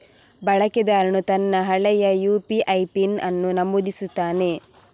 ಬಳಕೆದಾರನು ತನ್ನ ಹಳೆಯ ಯು.ಪಿ.ಐ ಪಿನ್ ಅನ್ನು ನಮೂದಿಸುತ್ತಾನೆ